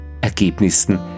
Ergebnissen